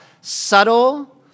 subtle